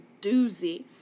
doozy